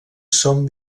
son